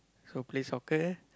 so play soccer